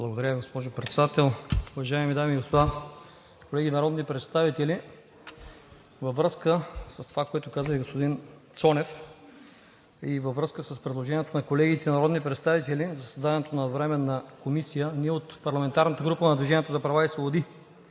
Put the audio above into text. Благодаря Ви, госпожо Председател. Уважаеми дами и господа, колеги народни представители! Във връзка с това, което каза и господин Цонев, и във връзка с предложението на колегите народни представители за създаването на Временна комисия ние от парламентарната група на „Движението за права и свободи“